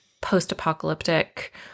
post-apocalyptic